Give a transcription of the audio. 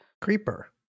Creeper